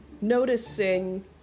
noticing